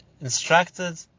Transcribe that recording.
instructed